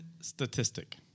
statistic